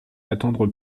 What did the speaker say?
d’attendre